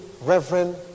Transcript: Reverend